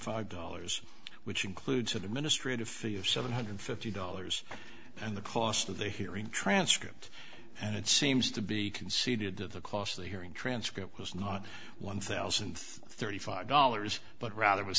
five dollars which includes an administrative fee of seven hundred fifty dollars and the cost of the hearing transcript and it seems to be conceded that the cost of the hearing transcript was not one thousand and thirty five dollars but rather was